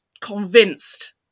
convinced